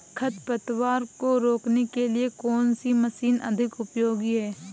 खरपतवार को रोकने के लिए कौन सी मशीन अधिक उपयोगी है?